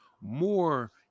More